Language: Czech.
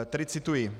Tedy cituji: